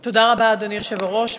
תודה רבה, אדוני היושב-ראש.